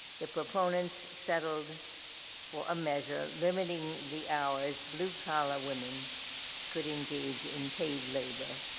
the proponents settled for a measure limiting the hours blue collar women could engage in paid labor.